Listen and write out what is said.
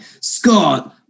Scott